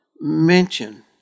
mention